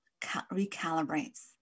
recalibrates